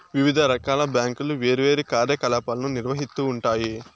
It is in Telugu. వివిధ రకాల బ్యాంకులు వేర్వేరు కార్యకలాపాలను నిర్వహిత్తూ ఉంటాయి